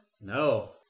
No